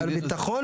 הצבא,